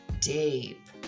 deep